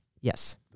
Yes